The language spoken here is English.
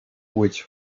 which